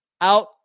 out